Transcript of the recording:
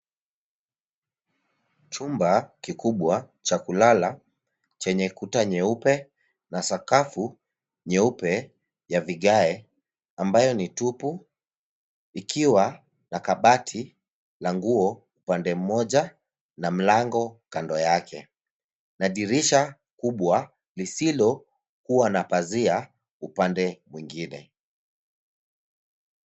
Chumba kikubwa cha kulala chenye kuta nyeupe na sakafu nyeupe ya vigae ambayo ni tupu ikiwa na kabati la nguo upande mmoja na mlango kando yake na dirisha kubwa lisilokuwa na pazia upande mwingine.